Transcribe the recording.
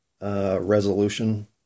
Resolution